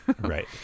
Right